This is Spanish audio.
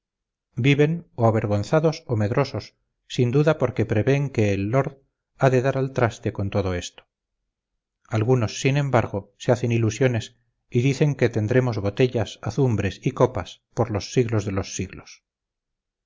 viven o avergonzados o medrosos sin duda porque prevén que el lord ha de dar al traste con todo esto algunos sin embargo se hacen ilusiones y dicen que tendremos botellas azumbres y copas por los siglos de los siglos